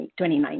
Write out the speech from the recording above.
2019